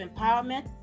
empowerment